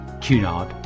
Cunard